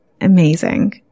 Amazing